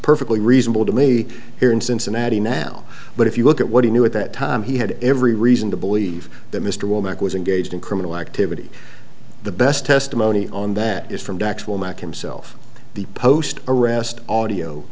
perfectly reasonable to me here in cincinnati now but if you look at what he knew at that time he had every reason to believe that mr womack was engaged in criminal activity the best testimony on that is from docs will mock him self the post arrest audio